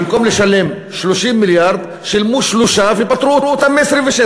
במקום לשלם 30 מיליארד שילמו 3, ופטרו אותן מ-27?